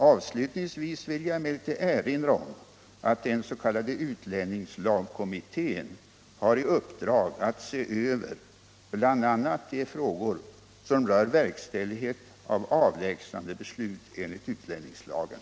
Avslutningsvis vill jag emellertid erinra om att den s.k. utlänningslagkommittén har i uppdrag att se över bl.a. de frågor som rör verkställighet av avlägsnandebeslut enligt utlänningslagen.